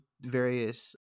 various